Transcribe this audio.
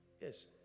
Yes